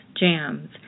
jams